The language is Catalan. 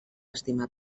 estimar